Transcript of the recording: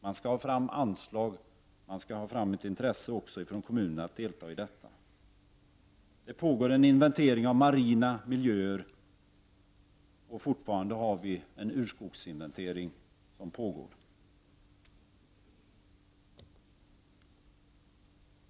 Man skall ha fram anslag, och man skall ha fram ett intresse från kommunerna att delta i detta. Det pågår en inventering av marina miljöer, och fortfarande har vi en urskogsinventering som pågår.